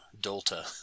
Delta